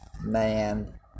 man